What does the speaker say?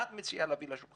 מה את מציעה להביא לשולחן?